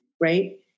right